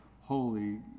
holy